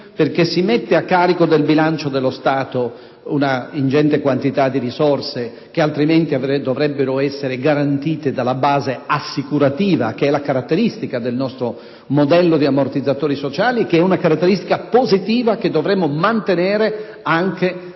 perché si mette a carico del bilancio dello Stato un'ingente quantità di risorse che altrimenti dovrebbero essere garantite dalla base assicurativa, che è la caratteristica positiva del nostro modello di ammortizzatori sociali, che dovremmo mantenere anche